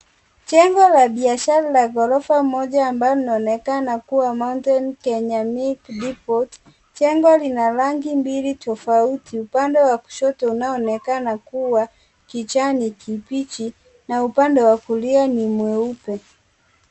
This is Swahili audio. Jengo la biashara la ghorofa moja ambalo linaonekana kuwa (cs) mountain Kenya milk deport(CS) jengo lina rangi mbili tofauti upande wa kushoto unaoonekana kuwa kijani kibichi na upande wa kulia ni mweupe.